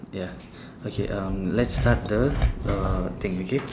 ya okay um let's start the uh thing okay